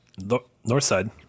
Northside